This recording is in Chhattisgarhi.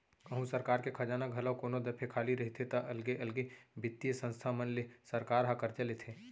कहूँ सरकार के खजाना ह घलौ कोनो दफे खाली रहिथे ता अलगे अलगे बित्तीय संस्था मन ले सरकार ह करजा लेथे